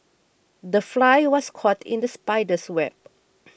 the fly was caught in the spider's web